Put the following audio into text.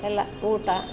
ಎಲ್ಲ ಊಟ